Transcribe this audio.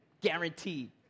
Guaranteed